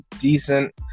decent